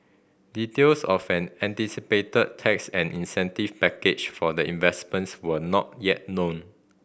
details of an anticipated tax and incentive package for the investment were not yet known